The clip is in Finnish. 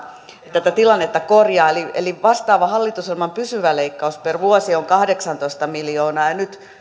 tätä tilannetta korjaa eli eli vastaava hallitusohjelman pysyvä leikkaus per vuosi on kahdeksantoista miljoonaa ja nyt